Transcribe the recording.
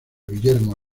guillermo